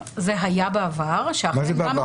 לא, זה היה בעבר -- מה זה בעבר?